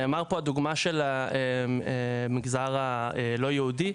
נאמרה פה הדוגמה של המגזר הלא יהודי,